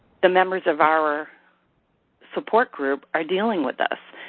the members of our support group are dealing with this.